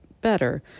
better